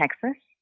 Texas